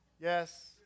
yes